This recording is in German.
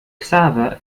xaver